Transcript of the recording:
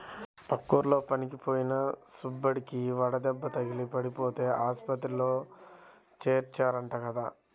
పక్కూర్లో పనులకి పోయిన సుబ్బడికి వడదెబ్బ తగిలి పడిపోతే ఆస్పత్రిలో చేర్చారంట కదా